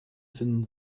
finden